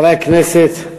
חברי הכנסת,